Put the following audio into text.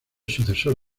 sucesor